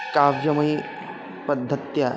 काव्यमयि पद्धत्या